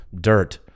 dirt